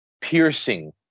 piercing